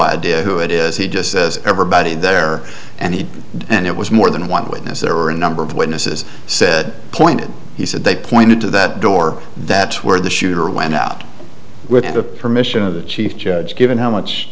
idea who it is he just says everybody there and he and it was more than one witness there were a number of witnesses said point he said they pointed to that door that's where the shooter went out with the permission of the chief judge given how much